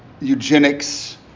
eugenics